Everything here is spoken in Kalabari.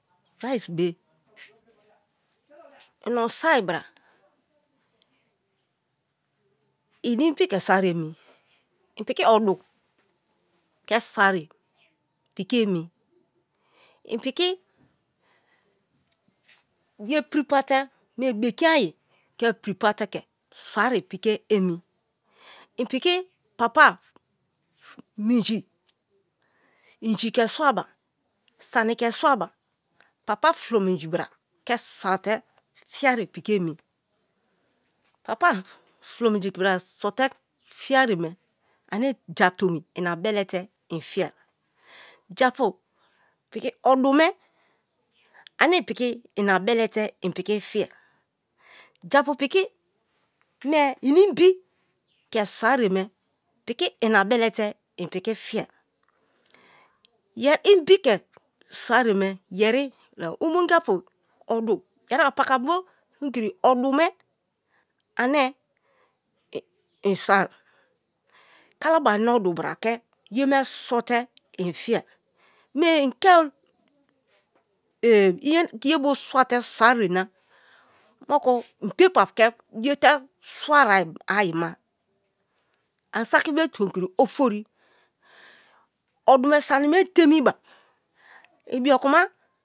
Rice be i o sai bra i ni bi ke soi ye emi i piki emi i piki ye prepare te mee bekin ayi prepare te ke soi piki emi, i piki minji, inji ke sua-ba, sami ke sua-ba, papa fulo minji bra ke so te fiye piki emi, papa fulo minji bra sote fiye ye me ane ja tomi i na belete i foye japa odume ane i piki ina bele te i piki fiye. Japu piki me i inbi ke soi ye me piki ina belete i piki fiye. Yeri inbi ke soi ye me, yeri na omon japu odu, yeri apaka bo odu ane i soi, kalabari na odu bra ke ye me so te infiye mie i ke ye bo swate soi ye me i paper ke ye to swai be ayi ma ani saki be tomi kiri ofori odume sani me temiba ibiokuma